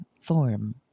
form